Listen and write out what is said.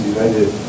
United